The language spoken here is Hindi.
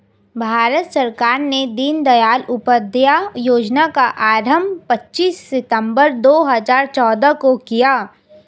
भारत सरकार ने दीनदयाल उपाध्याय योजना का आरम्भ पच्चीस सितम्बर दो हज़ार चौदह को किया